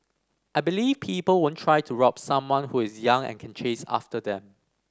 I believe people won't try to rob someone who is young and can chase after them